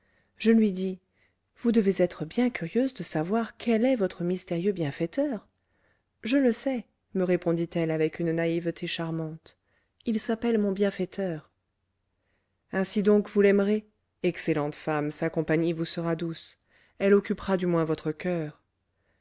je lui dis vous devez être bien curieuse de savoir quel est votre mystérieux bienfaiteur je le sais me répondit-elle avec une naïveté charmante il s'appelle mon bienfaiteur ainsi donc vous l'aimerez excellente femme sa compagnie vous sera douce elle occupera du moins votre coeur